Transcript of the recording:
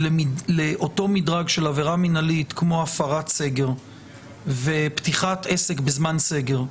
לאותו מדרג של עבירה מינהלית כמו הפרת סגר ופתיחת עסק בזמן סגר,